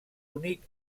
únic